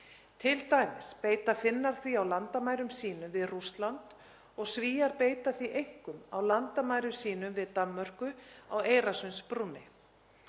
t.d. beita Finnar því á landamærum sínum við Rússland og Svíar beita því einkum á landamærum sínum við Danmörku á Eyrarsundsbrúnni.